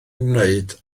wneud